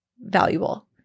valuable